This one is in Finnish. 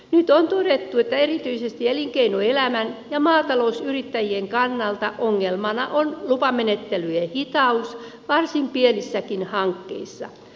nyt on todettu että erityisesti elinkeinoelämän ja maatalousyrittäjien kannalta ongelmana on lupamenettelyjen hitaus varsin pienissäkin hankkeissa